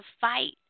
fight